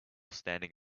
standing